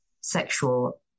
sexual